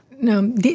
No